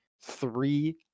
three